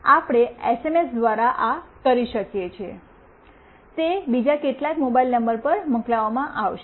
આપણે એસએમએસ દ્વારા આ કરી શકીએ છીએ તે બીજા કેટલાક મોબાઇલ નંબર પર મોકલવામાં આવશે